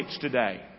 today